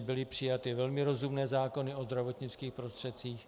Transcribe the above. Byly přijaty velmi rozumné zákony o zdravotnických prostředcích.